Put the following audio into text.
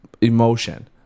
emotion